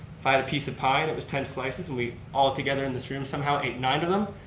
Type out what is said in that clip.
if i had a piece of pie and it was ten slices. and we altogether in this room somehow ate nine of them,